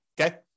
Okay